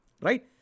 right